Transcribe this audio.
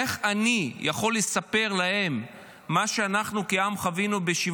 איך אני יכול לספר להם מה שאנחנו כעם חווינו ב-7